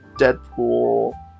Deadpool